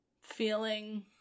feeling